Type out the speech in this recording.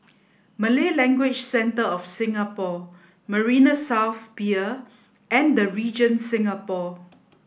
Malay Language Centre of Singapore Marina South Pier and The Regent Singapore